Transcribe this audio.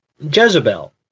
Jezebel